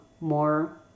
more